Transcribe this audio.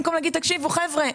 במקום להגיד: תקשיבו חבר'ה,